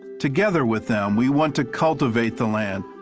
together with them we want to cultivate the land,